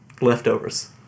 leftovers